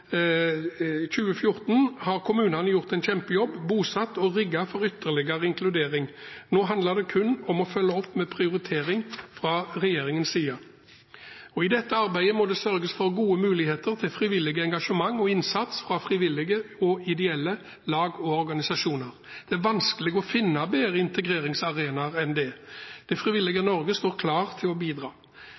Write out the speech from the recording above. gjennom 2014 har kommunene gjort en kjempejobb og bosatt og rigget for ytterligere inkludering. Nå handler det kun om å følge opp med prioritering fra regjeringens side. I dette arbeidet må det sørges for gode muligheter til frivillig engasjement og innsats fra frivillige og ideelle lag og organisasjoner. Det er vanskelig å finne bedre integreringsarenaer enn det. Det frivillige Norge står klart til å bidra.